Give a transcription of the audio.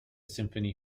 symphony